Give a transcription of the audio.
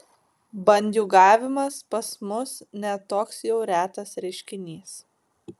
bandiūgavimas pas mus ne toks jau retas reiškinys